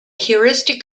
heuristic